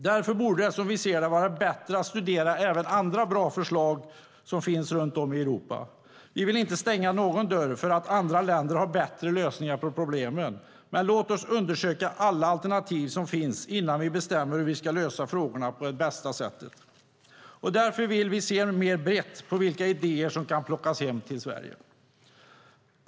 Därför borde det, som vi ser det, vara bättre att studera även andra bra förslag som finns runt om i Europa. Vi vill inte stänga någon dörr för att andra länder har bättre lösningar på problemen. Låt oss undersöka alla alternativ som finns innan vi bestämmer hur vi ska lösa frågorna på bästa sätt. Därför vill vi se mer brett på vilka idéer som kan plockas hem till Sverige.